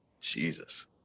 jesus